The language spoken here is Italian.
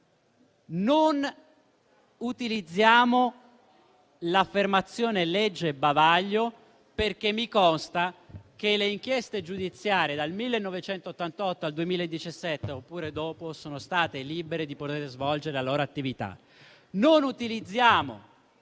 Non utilizziamo l'affermazione «legge bavaglio» perché mi consta che le inchieste giudiziarie dal 1988 al 2017, oppure dopo, sono state libere di poter svolgere la loro attività.